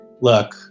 look